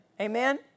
Amen